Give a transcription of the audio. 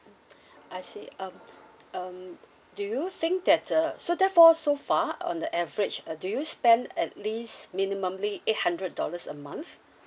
I see um um do you think that uh so therefore so far on the average uh do you spend at least minimally eight hundred dollars a month